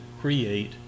create